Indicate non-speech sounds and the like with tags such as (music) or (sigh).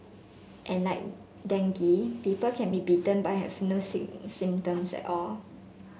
and like dengue people can be bitten but have no (unintelligible) symptoms at all